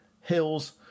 hills